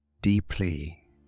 deeply